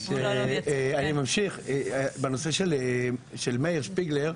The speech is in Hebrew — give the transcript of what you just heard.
בנושא של מאיר שפיגלר,